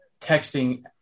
texting